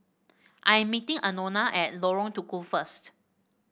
I am meeting Anona at Lorong Tukol first